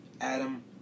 Adam